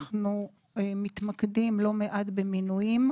אנחנו מתמקדים לא מעט במינויים.